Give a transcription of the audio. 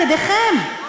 על-ידיכם,